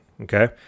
Okay